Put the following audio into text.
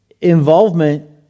Involvement